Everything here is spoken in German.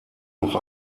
noch